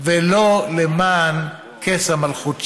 ולא למען כס המלכות שלכם.